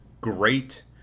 great